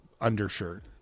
undershirt